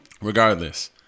regardless